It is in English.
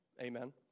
amen